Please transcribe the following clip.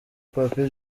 papy